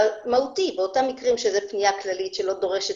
אלא מהותית באותם מקרים שזו פניה כללית שלא דורשת